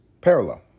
Parallel